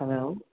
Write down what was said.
hello